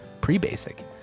pre-basic